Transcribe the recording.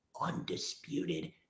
undisputed